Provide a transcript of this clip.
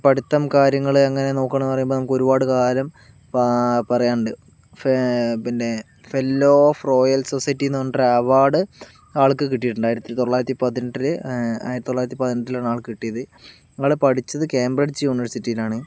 പഠിത്തം കാര്യങ്ങള് അങ്ങനെ നോക്കാണ് പറയുമ്പം ഒരുപാട് കാലം പറയാനുണ്ട് പിന്നെ ഫെല്ലോ ഓഫ് റോയൽ സൊസൈറ്റിന്നു പറഞ്ഞിട്ടൊരു അവാർഡ് ആൾക്ക് കിട്ടിയിട്ടുണ്ട് ആയിരത്തി തൊള്ളായിരത്തി പതിനെട്ടില് ആയിരത്തി തൊള്ളായിരത്തി പതിനെട്ടിലാണ് ആൾക്ക് കിട്ടിയത് ആള് പഠിച്ചത് കേംബ്രിഡ്ജ് യൂണിവേഴ്സിറ്റിയിലാണ്